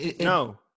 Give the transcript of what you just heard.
No